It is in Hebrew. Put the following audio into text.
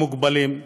המוגבלים,